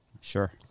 Sure